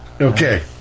Okay